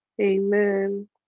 amen